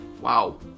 Wow